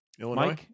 Illinois